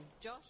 Josh